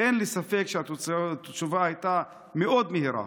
אין לי ספק שהתשובה הייתה מאוד מהירה.